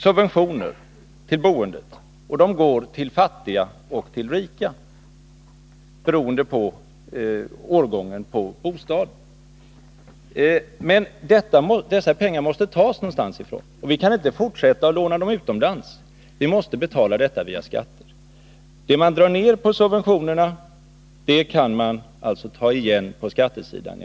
Subventioner ges till boendet, och de går till fattiga och rika, eftersom de endast är beroende av årgången på bostaden. Men dessa pengar måste tas någonstans ifrån. Vi kan inte fortsätta att låna dem utomlands, utan de måste tas ut via skatter. Minskade subventioner ger därmed utrymme för sänkta skatter.